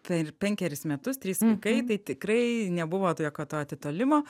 per penkerius metus trys vaikai tai tikrai nebuvo tokio kad to atitolimo